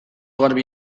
garbi